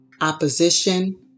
opposition